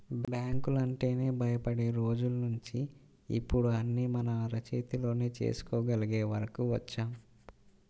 బ్యాంకులంటేనే భయపడే రోజుల్నించి ఇప్పుడు అన్నీ మన అరచేతిలోనే చేసుకోగలిగే వరకు వచ్చాం